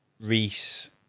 Reese